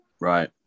Right